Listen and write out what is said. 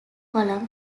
column